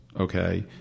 Okay